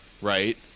right